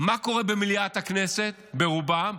מה שקורה במליאת הכנסת ברובה,